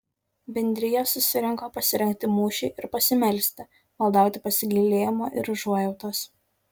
bendrija susirinko pasirengti mūšiui ir pasimelsti maldauti pasigailėjimo ir užuojautos